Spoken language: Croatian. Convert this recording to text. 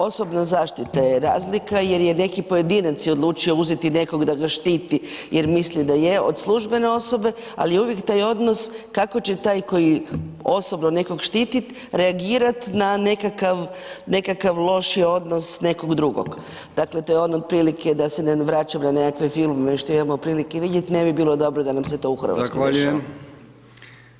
Osobna zaštita je razlika jer je neki pojedinac odlučio nekog da ga štiti jer misli da je od službene osobe, ali uvijek taj odnos kako će taj koji osobno nekoga štiti reagirat na nekakav lošiji odnos nekog drugog, dakle to je ono otprilike da se ne vraćam na nekakve filmove što imamo prilike vidjeti, ne bi bilo dobro da nam se to u Hrvatskoj dešava.